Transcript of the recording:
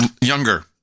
younger